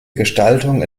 gestaltung